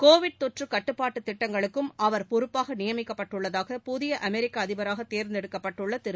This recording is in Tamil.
கோவிட் தொற்றுகட்டுப்பாட்டுதிட்டங்களுக்கும் பொறுப்பாகநியமிக்கப்பட்டுள்ளதாக அவர் புதியஅமெரிக்கஅதிபராகதேர்ந்தெடுக்கப்பட்டுள்ளதிரு